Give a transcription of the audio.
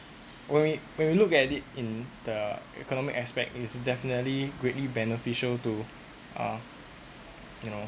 when when we look at it in the economic aspect is definitely greatly beneficial to uh you know